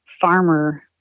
farmer